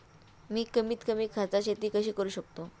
मी कमीत कमी खर्चात शेती कशी करू शकतो?